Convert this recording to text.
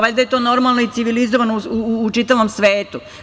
Valjda je to normalno i civilizovano u čitavom svetu.